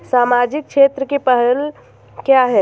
सामाजिक क्षेत्र की पहल क्या हैं?